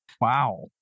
Wow